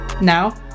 Now